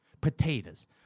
potatoes